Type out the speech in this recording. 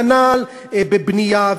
כנ"ל בבנייה,